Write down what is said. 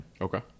Okay